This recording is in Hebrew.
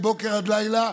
מבוקר עד לילה,